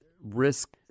risk